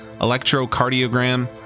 electrocardiogram